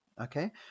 okay